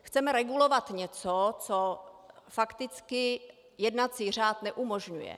Chceme regulovat něco, co fakticky jednací řád neumožňuje.